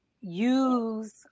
use